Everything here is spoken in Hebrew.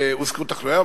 הוזכרו תחלואיה.